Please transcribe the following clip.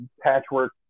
patchwork